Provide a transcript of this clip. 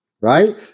right